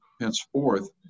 henceforth